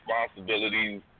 responsibilities